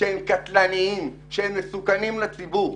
שהם קטלניים ומסוכנים לציבור.